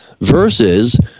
versus